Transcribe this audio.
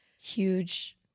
huge